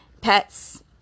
pets